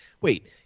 Wait